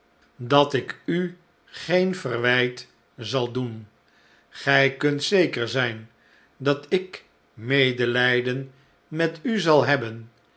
dat ik u geen verwijt zal doen gij kunt zeker zijn dat ik medelijden met u zal hebben